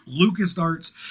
LucasArts